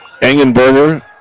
Engenberger